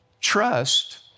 trust